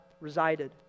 resided